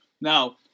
Now